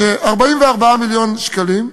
ש-44 מיליון שקלים,